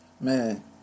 Man